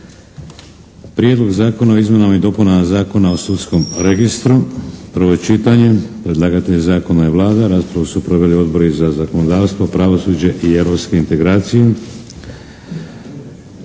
Prijedlog zakona o izmjenama i dopunama Zakona o sudskom registru, prvo čitanje, P.Z.E. br. 577. Predlagatelj Zakona je Vlada. Raspravu su proveli Odbori za zakonodavstvo, pravosuđe i europske integracije.